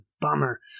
Bummer